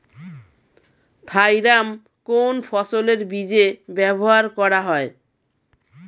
Thiram কোন ফসলের বীজে ব্যবহার করা হয়?